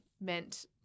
meant